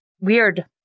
Weird